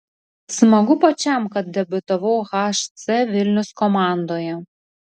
smagu pačiam kad debiutavau hc vilnius komandoje